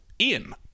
ian